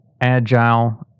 agile